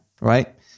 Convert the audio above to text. right